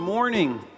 Morning